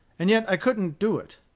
and yet i couldn't do it.